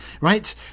right